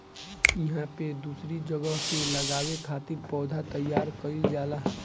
इहां पे दूसरी जगह पे लगावे खातिर पौधा तईयार कईल जाला